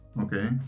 okay